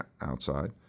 outside